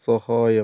സഹായം